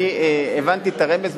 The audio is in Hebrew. אני הבנתי את הרמז,